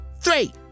three